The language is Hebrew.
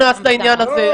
אני לא נכנס לעניין הזה.